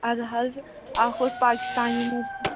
اَدٕ حظ اَکھ اوس پاکِستانی